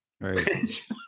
right